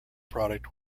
product